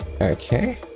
Okay